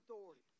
authority